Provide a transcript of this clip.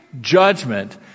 judgment